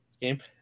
game